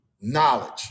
knowledge